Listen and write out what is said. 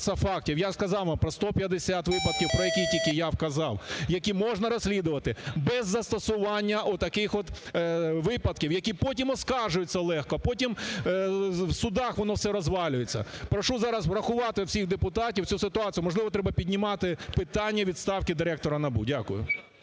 Я сказав вам про 150 випадків. про які тільки я вказав, які можна розслідувати без застосування отаких от випадків, які потім оскаржуються легко, потім в судах воно все розвалюється. Прошу зараз врахувати всіх депутатів цю ситуацію. Можливо, треба піднімати питання відставки директора НАБУ. Дякую.